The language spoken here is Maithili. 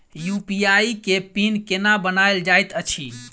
यु.पी.आई केँ पिन केना बनायल जाइत अछि